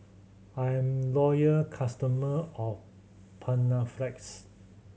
I'm loyal customer of Panaflex